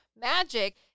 magic